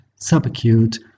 subacute